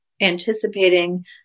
anticipating